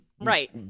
Right